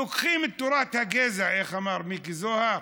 לוקחים את תורת הגזע, איך אמר מיקי זוהר?